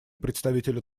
представителя